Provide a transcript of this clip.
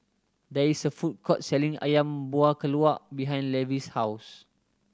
there is a food court selling Ayam Buah Keluak behind Levy's house